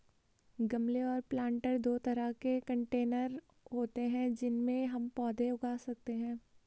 गमले और प्लांटर दो तरह के कंटेनर होते है जिनमें हम पौधे उगा सकते है